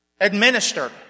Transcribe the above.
administered